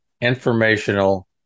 informational